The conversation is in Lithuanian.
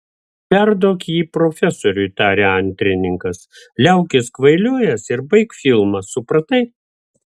perduok jį profesoriui tarė antrininkas liaukis kvailiojęs ir baik filmą supratai